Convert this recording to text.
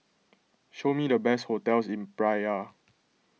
show me the best hotels in Praia